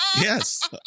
Yes